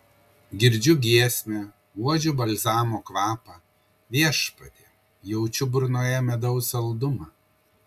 girdžiu giesmę uodžiu balzamo kvapą viešpatie jaučiu burnoje medaus saldumą